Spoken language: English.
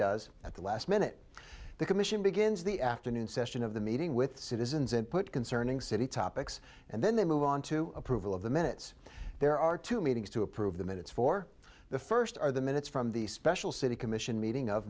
does at the last minute the commission begins the afternoon session of the meeting with citizens and put concerning city topics and then they move on to approval of the minutes there are two meetings to approve the minutes for the first are the minutes from the special city commission meeting of